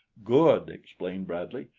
good! exclaimed bradley.